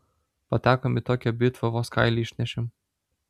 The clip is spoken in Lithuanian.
patekom į tokią bitvą vos kailį išnešėm